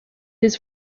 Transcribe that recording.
his